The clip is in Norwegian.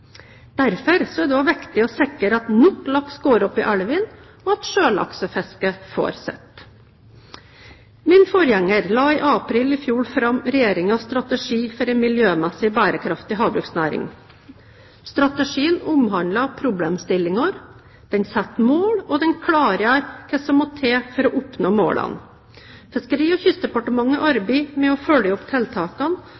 Derfor er det viktig å sikre at nok laks går opp i elvene og at sjølaksefisket får sitt. Min forgjenger la i april i fjor fram Regjeringens strategi for en miljømessig bærekraftig havbruksnæring. Strategien omhandler problemstillinger, setter mål og klargjør hva som må til for å oppnå målene. Fiskeri- og kystdepartementet